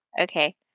Okay